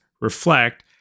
reflect